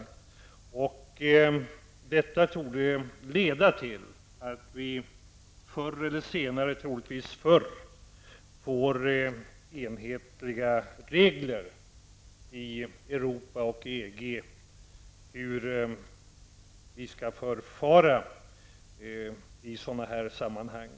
Detta torde leda till att vi förr eller senare, troligen förr, får enhetliga regler i Europa och EG för hur vi skall förfara i sådana sammanhang.